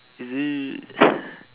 is it